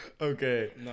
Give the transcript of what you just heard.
Okay